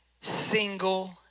single